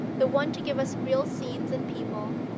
the one to give us real scenes and people,